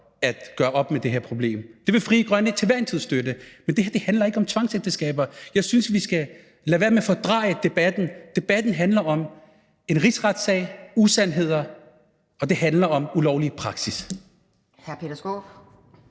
at gøre op med det her problem. Det vil Frie Grønne til hver en tid støtte. Men det her handler ikke om tvangsægteskaber. Jeg synes, vi skal lade være med at fordreje debatten. Debatten handler om en rigsretssag, usandheder, og det handler om ulovlig praksis.